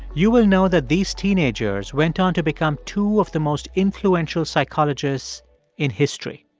you will know that these teenagers went on to become two of the most influential psychologists in history.